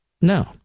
No